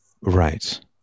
Right